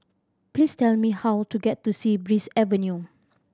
please tell me how to get to Sea Breeze Avenue